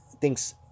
thinks